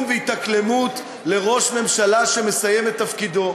ולהתאקלמות לראש ממשלה שמסיים את תפקידו.